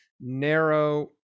narrow